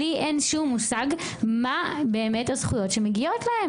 אין לי שום מושג מה באמת הזכויות שמגיעות להם,